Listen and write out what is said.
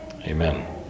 amen